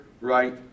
right